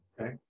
Okay